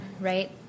right